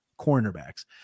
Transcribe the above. cornerbacks